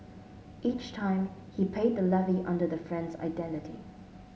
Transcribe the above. each time he paid the levy under the friend's identity